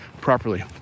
properly